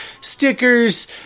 stickers